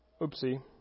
oopsie